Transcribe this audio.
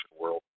world